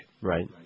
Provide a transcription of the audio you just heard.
Right